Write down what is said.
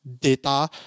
data